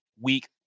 weak